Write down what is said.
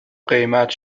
قیمت